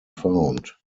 found